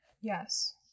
Yes